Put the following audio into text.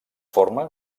forma